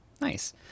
nice